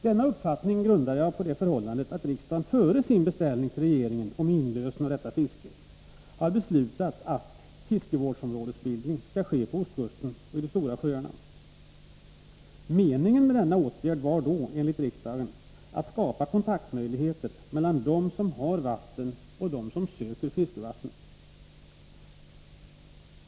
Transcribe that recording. Denna uppfattning grundar jag på det förhållandet att riksdagen före sin beställning till regeringen om inlösen av detta fiske har beslutat att fiskevårdsområdesbildning skall ske på ostkusten och i de stora sjöarna. Meningen med denna åtgärd var då, enligt riksdagen, att skapa möjligheter till kontakt mellan dem som har vatten och dem som söker fiskevatten.